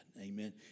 Amen